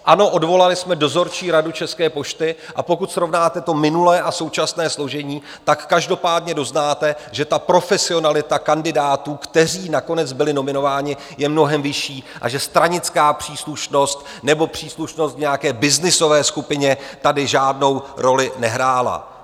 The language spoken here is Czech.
Ano, odvolali jsme dozorčí radu České pošty, a pokud srovnáte to minulé a současné složení, tak každopádně doznáte, že profesionalita kandidátů, kteří nakonec byli nominováni, je mnohem vyšší a že stranická příslušnost nebo příslušnost k nějaké byznysové skupině tady žádnou roli nehrála.